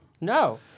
No